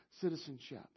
citizenship